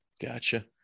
Gotcha